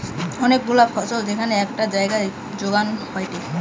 অনেক গুলা ফসল যেখান একটাই জাগায় যোগান হয়টে